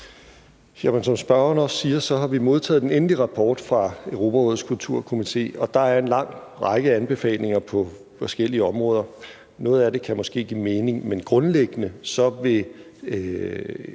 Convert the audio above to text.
Som spørgeren også siger, har vi modtaget den endelige rapport fra Europarådets Torturkomité, og der er en lang række anbefalinger på forskellige områder. Noget af det kan måske give mening, men grundlæggende vil